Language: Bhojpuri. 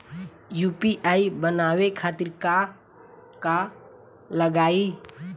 यू.पी.आई बनावे खातिर का का लगाई?